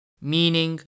Meaning